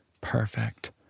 perfect